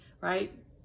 right